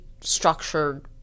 structured